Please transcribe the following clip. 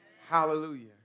Hallelujah